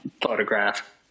photograph